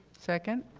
second?